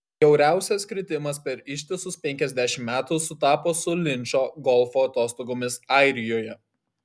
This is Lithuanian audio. bjauriausias kritimas per ištisus penkiasdešimt metų sutapo su linčo golfo atostogomis airijoje